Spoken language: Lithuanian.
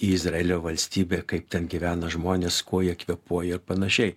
į izraelio valstybę kaip ten gyvena žmonės kuo jie kvėpuoja ir panašiai